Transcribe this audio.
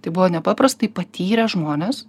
tai buvo nepaprastai patyrę žmonės